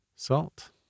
SALT